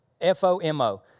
F-O-M-O